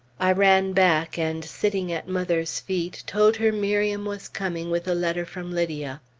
i ran back, and sitting at mother's feet, told her miriam was coming with a letter from lydia.